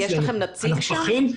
אנחנו מפקחים,